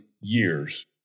years